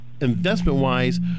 investment-wise